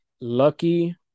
Lucky